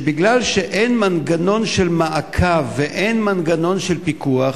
שמכיוון שאין מנגנון של מעקב ואין מנגנון של פיקוח,